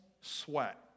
sweat